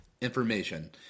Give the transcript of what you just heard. information